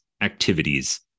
activities